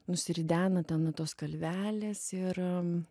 nusiridena ten nuo tos kalvelės ir